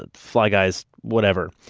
ah fly guys, whatever,